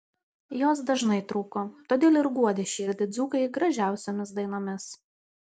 jos dažnai trūko todėl ir guodė širdį dzūkai gražiausiomis dainomis